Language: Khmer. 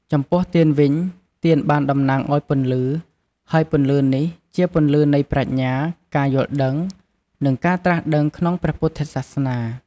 ចំំពោះទៀនវិញ ទៀនបានតំណាងឲ្យពន្លឺ ហើយពន្លឺនេះជាពន្លឺនៃប្រាជ្ញា ការយល់ដឹង និងការត្រាស់ដឹងក្នុងព្រះពុទ្ធសាសនា។